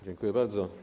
Dziękuję bardzo.